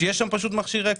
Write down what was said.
שיהיה שם מכשיר כזה.